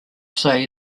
say